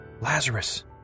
Lazarus